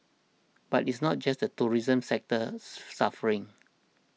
but it's not just the tourism sector suffering